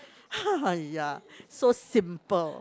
!aiya! so simple